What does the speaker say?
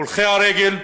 הולכי הרגל,